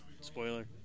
Spoiler